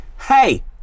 Hey